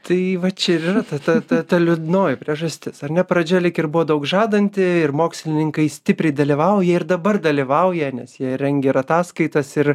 tai va čia ir yra ta ta ta liūdnoji priežastis ar ne pradžia lyg ir buvo daug žadanti ir mokslininkai stipriai dalyvauja ir dabar dalyvauja nes jie rengia ir ataskaitas ir